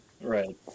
Right